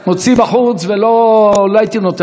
ולא הייתי נותן לבלגן הזה ככה.